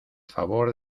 favor